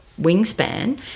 wingspan